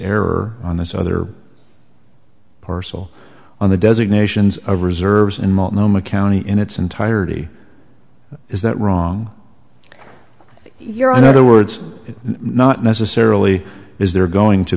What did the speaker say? error on this other parcel on the designations of reserves in mamma county in its entirety is that wrong you're on other words not necessarily is there going to